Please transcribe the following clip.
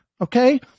okay